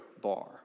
bar